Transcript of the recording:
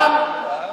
האד'א סאכּת,